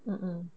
mmhmm